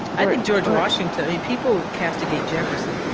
i think george washington people castigate jefferson,